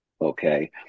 okay